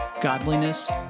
godliness